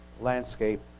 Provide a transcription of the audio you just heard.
landscape